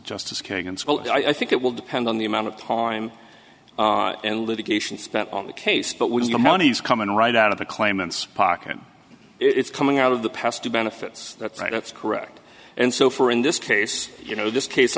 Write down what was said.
so i think it will depend on the amount of time and litigation spent on the case but would your money's coming right out of the claimants pocket it's coming out of the past to benefits that's right that's correct and so for in this case you know this case